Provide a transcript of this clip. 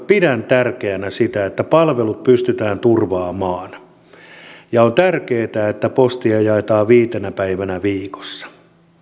pidän tärkeänä sitä että palvelut pystytään turvaamaan ja on tärkeää että postia jaetaan viitenä päivänä viikossa